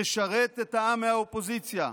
נשרת את העם מהאופוזיציה.